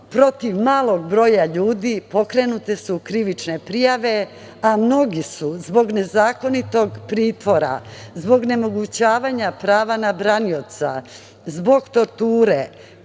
protiv malog broja ljudi pokrenute su krivične prijave, a mnogi su zbog nezakonitog pritvora, zbog onemogućavanja prava na branioca, zbog torture,